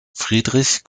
friedrich